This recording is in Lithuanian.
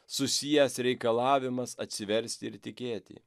susijęs reikalavimas atsiversti ir tikėti